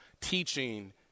teaching